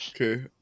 okay